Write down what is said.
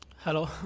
hello.